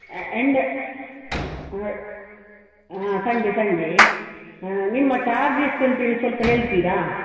ಆ್ಯ and ಹಾಂ Sunday Sunday ನಿಮ್ಮ charge ಎಷ್ಟು ಅಂತೇಳಿ ಸ್ವಲ್ಪ ಹೇಳ್ತೀರಾ